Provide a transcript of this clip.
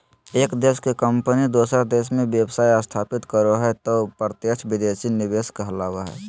एक देश के कम्पनी दोसर देश मे व्यवसाय स्थापित करो हय तौ प्रत्यक्ष विदेशी निवेश कहलावय हय